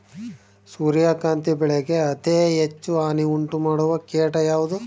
ಸೂರ್ಯಕಾಂತಿ ಬೆಳೆಗೆ ಅತೇ ಹೆಚ್ಚು ಹಾನಿ ಉಂಟು ಮಾಡುವ ಕೇಟ ಯಾವುದು?